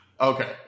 okay